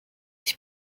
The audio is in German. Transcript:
ich